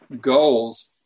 goals